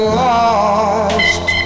lost